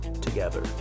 together